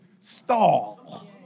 stall